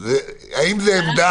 האם זו רק עמדה